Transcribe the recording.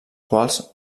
quals